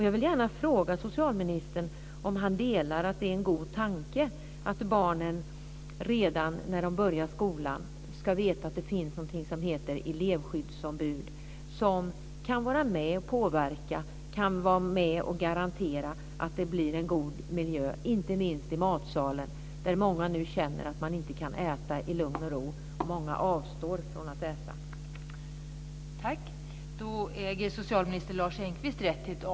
Jag vill gärna fråga socialministern om han delar uppfattningen att det är en god tanke att barnen redan när de börjar skolan ska veta att det finns någonting som heter elevskyddsombud som kan vara med och påverka och garantera att det blir en god miljö inte minst i matsalen, där många nu känner att de inte kan äta i lugn och ro. Många avstår från att äta.